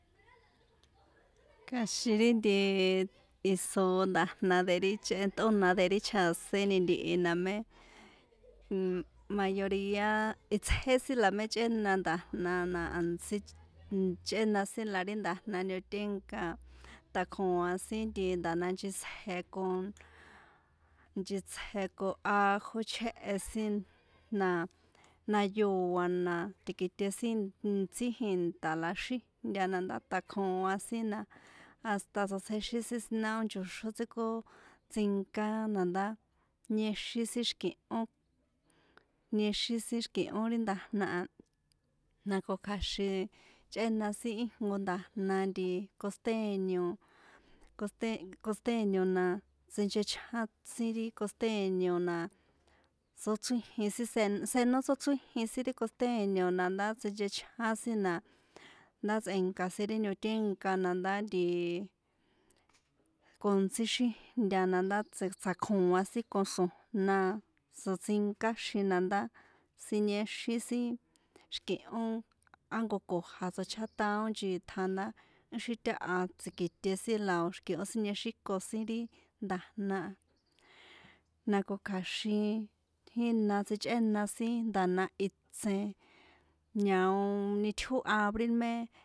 Kja̱xin ri nti iso nda̱jna de ri chꞌe tꞌóna de ri chjasiéni ntihi na mé mm mayoría itsjé sin la mé chꞌéna nda̱jna na ntsí chꞌéna sin la ri nda̱jna ñotínka a tjakoa̱ sin nti nda̱jna nchetsje con nchetsje ko ajo chjéhe sin na nayoa na ti̱kite sin ntsí jinta la xíjnta na ndá tjakoa sin na hasta tsotsjexín sin siná ó ncho̱xón tsíkotsinka na ndá niexin sin xi̱kihón niexin sin xi̱ki̱hón ri nda̱jna a na ko kja̱xin chꞌéna sin íjnko nda̱jna nti costeño costeño na sinchechján sin ri costeño na tsochríjin sen senó tsóchríjin sin ri costeño na ndá tsinchechján sin na ndá tsꞌe̱nka sin ri ñiotínka na ndá ntii ko ntsí xíjnta na ndá tsjakoa̱ sin con xro̱jna tsoṭsinkáxin na ndá siniexín sin xi̱ki̱hón á jnko ko̱ja̱ tsochjátaon nchitja nda ixi táha tsi̱kiṭe sin la o̱ xi̱kihó siniexíko sin ri nda̱jna na ko kja̱xin jína tsichꞌéna sin nda̱jna itsen ñao nitjó abril mé.